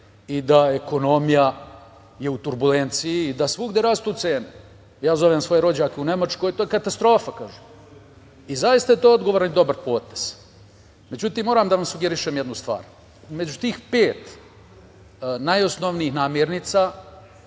i da ekonomija je u turbulenciji i da svugde rastu cene. Ja zovem svoje rođake u Nemačkoj, je to katastrofa kažu. I zaista je to odgovoran i dobar potez.Međutim, moram da vam sugerišem jednu stvar. Među tih pet najosnovnijih namirnica,